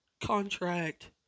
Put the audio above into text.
contract